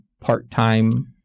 part-time